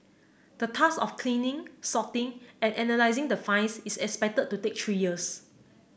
the task of cleaning sorting and analysing the finds is expected to take three years